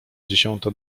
dziesiąta